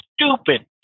stupid